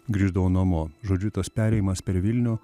grįždavau namo žodžiu tas perėjimas per vilnių